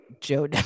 Joe